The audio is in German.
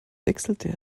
wechselte